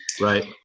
Right